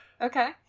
Okay